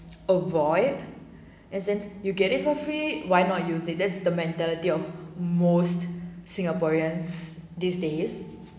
avoid isn't you get it for free why not use it that's the mentality of most singaporeans these days